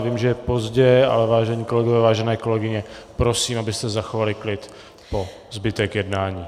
Vím, že je pozdě, ale vážené kolegyně, vážení kolegové, prosím, abyste zachovali klid po zbytek jednání.